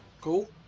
Cool